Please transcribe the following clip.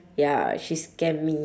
ya she scam me